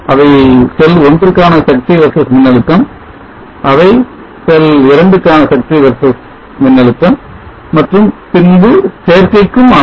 அவை செல் 1 க்கான சக்தி versus மின்னழுத்தம் அவை செல் 2 க்கான சக்தி versus மின்னழுத்தம் மற்றும் பின்பு சேர்க்கைக்கும் ஆனது